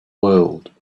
world